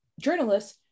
journalists